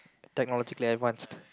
technologically advanced